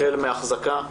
החל מהחזקה,